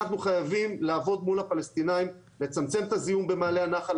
אנחנו חייבים לעבוד מול הפלסטינאים לצמצם את הזיהום במעלה הנחל.